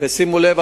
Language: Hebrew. ושימו לב,